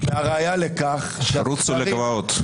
והראיה לכך, -- תרוצו לגבעות.